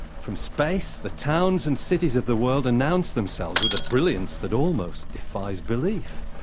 from space, the towns and cities of the world announce themselves with a brilliance that almost defies belief.